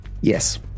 Yes